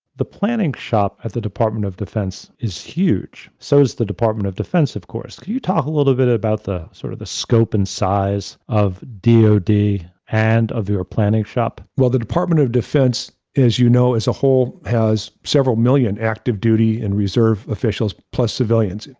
the planning shop at the department of defense is huge, so is the department of defense of course, can you talk a little bit about the sort of the scope and size of dod and of your planning shop? well, the department of defense is, you know, as a whole has several million active duty and reserve officials plus civilians.